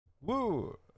Woo